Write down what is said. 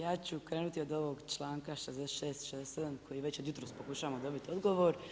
Ja ću krenuti od ovog članka 66., 67. koji već od jutros pokušavamo dobiti odgovor.